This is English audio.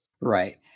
Right